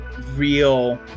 real